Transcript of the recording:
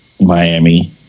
Miami